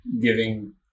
giving